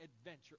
adventure